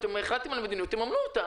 אם החלטתם על מדיניות תממנו אותה.